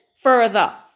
further